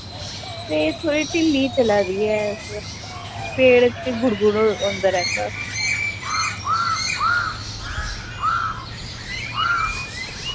ते थोह्ड़ी ढिल्ली बोल्ला दी ऐ पेट गुड़ गुड़ होंदा रौहंदा